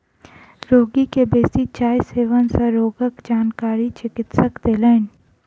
रोगी के बेसी चाय सेवन सँ रोगक जानकारी चिकित्सक देलैन